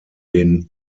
den